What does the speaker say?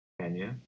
Kenya